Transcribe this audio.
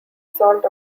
salt